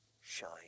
shine